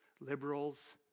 liberals